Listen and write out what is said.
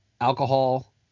alcohol